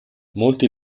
molti